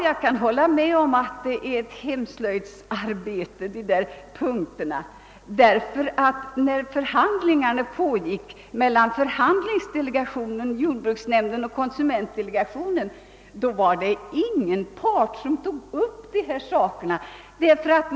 Jag kan hålla med om att dessa punkter är ett hemslöjdsarbete, ty när förhandlingarna pågick mellan förhandlingsdelegationen, jordbruksnämnden och konsumentdelegationen var det ingen part som tog upp dessa frågor.